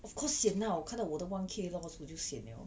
of course sian lah 我看到我的 one K loss 我就 sian liao